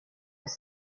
was